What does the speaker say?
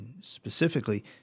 specifically